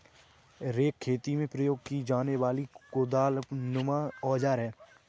rake खेती में प्रयोग की जाने वाली कुदालनुमा औजार है